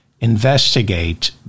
investigate